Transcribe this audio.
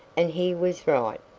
and he was right.